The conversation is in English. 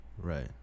right